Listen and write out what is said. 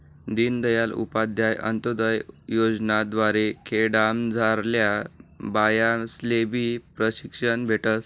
दीनदयाल उपाध्याय अंतोदय योजना द्वारे खेडामझारल्या बायास्लेबी प्रशिक्षण भेटस